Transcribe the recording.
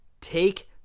Take